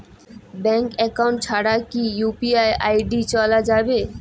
Bank account ছাড়া কি UPI ID চোলা যাবে?